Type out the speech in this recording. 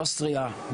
אוסטריה.